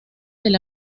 del